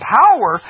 power